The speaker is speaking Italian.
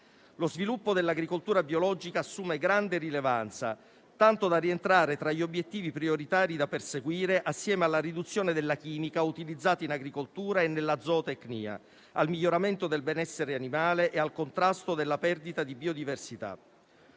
Lo sviluppo dell'agricoltura biologica assume grande rilevanza, tanto da rientrare tra gli obiettivi prioritari da perseguire, assieme alla riduzione della chimica utilizzata in agricoltura e nella zootecnia, al miglioramento del benessere animale e al contrasto della perdita di biodiversità.